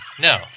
No